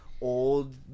old